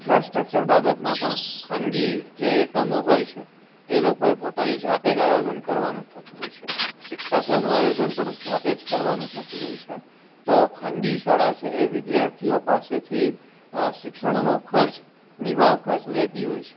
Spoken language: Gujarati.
ઇન્ફ્રાસ્ટ્રક્ચર બાબતમાં પણ જે ખાનગી જે એકમો હોય છે એ લોકોએ પોતાની જાતે જ આયોજન કરવાનું થતું હોય છે શિક્ષકોનું આયોજન પણ જાતે જ કરવાનું થતું હોય છે તો ખાનગી શાળા છે એ વિદ્યાર્થીઓ પાસેથી શિક્ષણનો ખર્ચ નિભાવનો ખર્ચ લેતી હોય છે